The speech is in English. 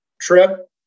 trip